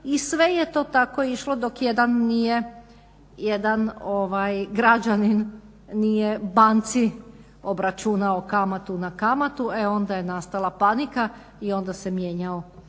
I sve je to tako išlo dok jedan nije, jedan građanin nije banci obračunao kamatu na kamatu, e onda je nastala panika i onda se mijenjao